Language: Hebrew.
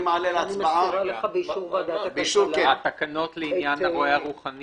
אני מעלה להצבעה --- התקנות לעניין הרוחני